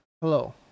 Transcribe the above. Hello